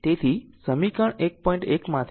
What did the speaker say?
તેથી તેથી સમીકરણ 1